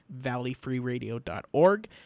valleyfreeradio.org